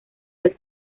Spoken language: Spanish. del